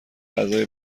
اعضای